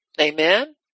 Amen